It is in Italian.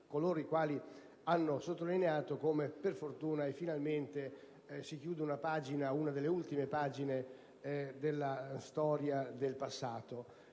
coloro i quali lo hanno sottolineato - per fortuna e finalmente si chiude una delle ultime pagine della storia del passato.